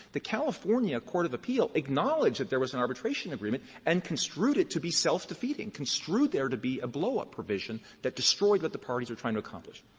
the california court of appeal acknowledged that there was an arbitration agreement and construed it to be self-defeating, construed there to be a blowup provision that destroyed what the parties were trying to accomplish.